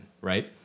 Right